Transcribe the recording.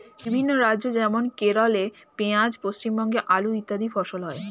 বিভিন্ন রাজ্য যেমন কেরলে পেঁয়াজ, পশ্চিমবঙ্গে আলু ইত্যাদি ফসল হয়